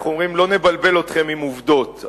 אומרים: לא נבלבל אתכם עם עובדות.